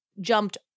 jumped